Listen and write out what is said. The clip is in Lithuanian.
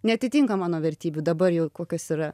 neatitinka mano vertybių dabar jau kokios yra